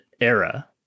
era